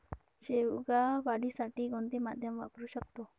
शेवगा वाढीसाठी कोणते माध्यम वापरु शकतो?